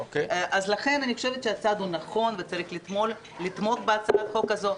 לכן אני חושבת שהצעד נכון וצריך לתמוך בהצעת החוק הזו.